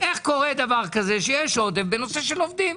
איך קורה שיש עודף בנושא עובדים?